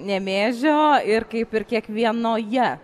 nemėžio ir kaip ir kiekvienoje